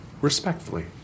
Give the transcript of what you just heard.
respectfully